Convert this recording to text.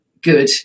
good